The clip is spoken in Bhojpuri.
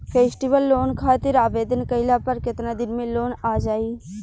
फेस्टीवल लोन खातिर आवेदन कईला पर केतना दिन मे लोन आ जाई?